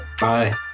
Bye